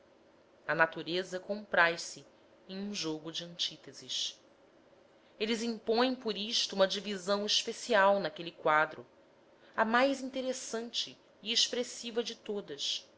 a natureza compraz se em um jogo de antíteses eles impõem por isto uma divisão especial naquele quadro a mais interessante e expressiva de todas